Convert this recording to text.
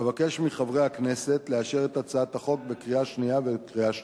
אבקש מחברי הכנסת לאשר את הצעת החוק בקריאה שנייה ובקריאה שלישית.